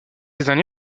derniers